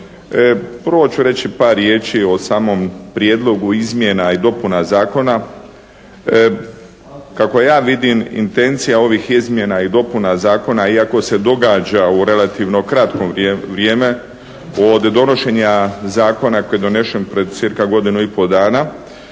Prvo ću reći par riječi o samom prijedlogu izmjena i dopuna zakona. Kako ja vidim intencija ovih izmjena i dopuna zakona iako se događa u relativno kratko vrijeme od donošenja zakona koji je donesen pred cirka godinu i pol dana